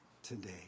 Today